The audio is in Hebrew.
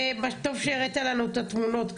טוב שהראית לנו את התמונות,